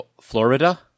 Florida